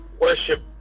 worship